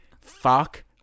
fuck